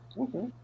Okay